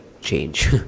change